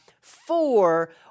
four